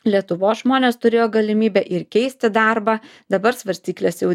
lietuvos žmonės turėjo galimybę ir keisti darbą dabar svarstyklės jau